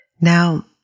Now